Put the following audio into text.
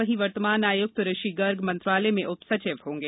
वहीं वर्तमान आयुक्त ऋषि गर्ग मंत्रालय में उपसचिव होंगे